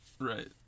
Right